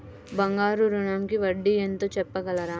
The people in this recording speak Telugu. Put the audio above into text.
బంగారు ఋణంకి వడ్డీ ఎంతో చెప్పగలరా?